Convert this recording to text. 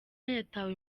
yatawe